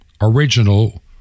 original